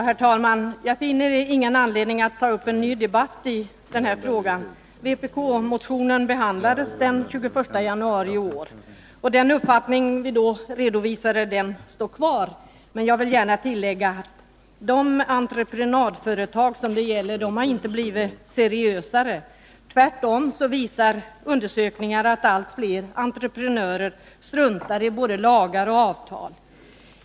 Herr talman! Jag finner ingen anledning att ta upp en ny debatt i denna fråga. Vpk-motionen behandlades den 21 januari i år, och den uppfattning vi då redovisade står kvar. Jag vill emellertid gärna tillägga att de entreprenadföretag som det här gäller inte har blivit seriösare. Tvärtom visar undersökningar att allt fler entreprenörer struntar i både lagar och avtal.